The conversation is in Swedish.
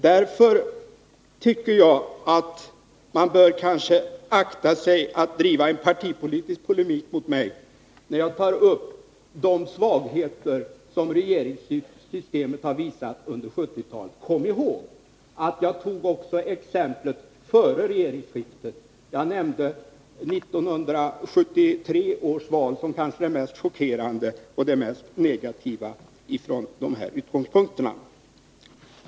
Därför tycker jag att man kanske bör akta sig för att driva en partipolitisk polemik mot mig när jag tar upp de svagheter som 63 regeringssystemet har visat under 1970-talet. Kom ihåg att jag också tog exempel från tiden före regeringsskiftet. Jag nämnde 1973 års val som det kanske mest chockerande och negativa från dessa utgångspunkter.